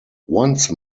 once